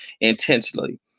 intentionally